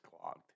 clogged